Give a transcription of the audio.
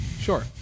Sure